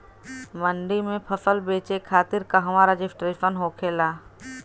मंडी में फसल बेचे खातिर कहवा रजिस्ट्रेशन होखेला?